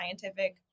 scientific